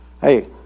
Hey